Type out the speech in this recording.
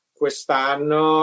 quest'anno